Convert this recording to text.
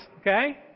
okay